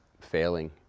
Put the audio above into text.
failing